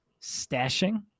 stashing